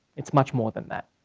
it's much more than that.